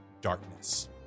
darkness